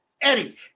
Eddie